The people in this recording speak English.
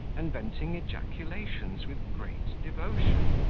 and venting ejaculations with great devotion.